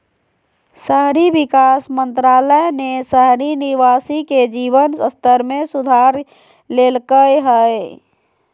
शहरी विकास मंत्रालय ने शहरी निवासी के जीवन स्तर में सुधार लैल्कय हइ